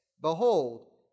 behold